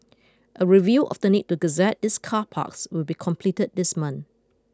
a review of the need to gazette these car parks will be completed this month